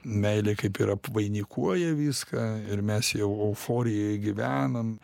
meilė kaip ir apvainikuoja viską ir mes jau euforijoj gyvenam